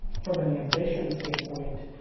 from an ambition standpoint,